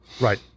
Right